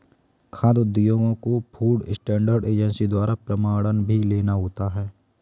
खाद्य उद्योगों को फूड स्टैंडर्ड एजेंसी द्वारा प्रमाणन भी लेना होता है